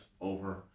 over